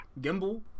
gimbal